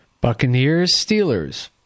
Buccaneers-Steelers